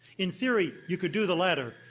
in theory, you could do the latter,